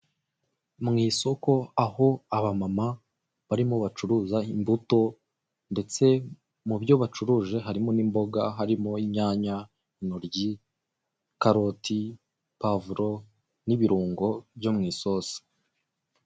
Mu isoko, aho abamama barimo bacuruza imbuto, ndetse mu byo bacuruje harimo n'imboga, harimo n'inyana, intoryi, karoti, pavuro, n'ibirungo byo mu isosi.